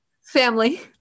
Family